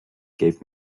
gave